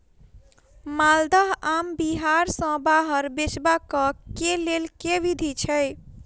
माल्दह आम बिहार सऽ बाहर बेचबाक केँ लेल केँ विधि छैय?